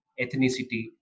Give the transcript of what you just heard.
ethnicity